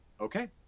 okay